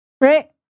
right